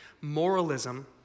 Moralism